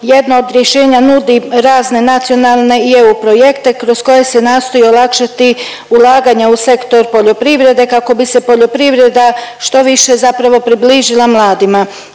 jedno od rješenja nudi razne nacionalne i EU projekte kroz koje se nastoji olakšati ulaganja u sektor poljoprivrede kako bi se poljoprivreda što više zapravo približila mladima.